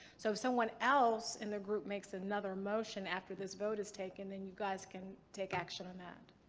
so if someone else in the group makes another motion after this vote is taken, then you guys can take action on that.